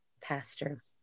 pastor